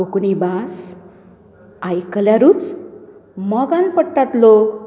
कोंकणी भास आयकल्यारूच मोगान पडटात लोक